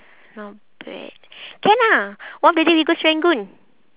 not bad can ah one of the day we go serangoon